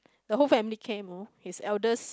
the whole family came oh he's eldest